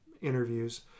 Interviews